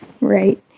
Right